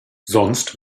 sonst